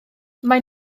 maen